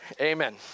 Amen